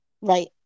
Right